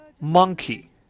monkey